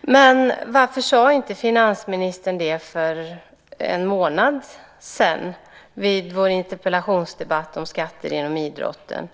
Men varför sade inte finansministern detta för en månad sedan vid vår interpellationsdebatt om skatter inom idrotten?